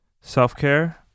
self-care